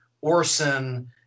Orson